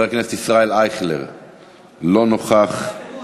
יש, אתה יודע,